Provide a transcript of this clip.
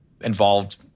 involved